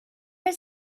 his